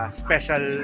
special